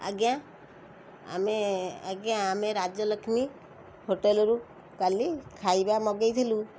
ଆଜ୍ଞା ଆମେ ଆଜ୍ଞା ଆମେ ରାଜଲକ୍ଷ୍ମୀ ହୋଟେଲ୍ ରୁ କାଲି ଖାଇବା ମଗେଇଥିଲୁ